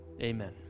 Amen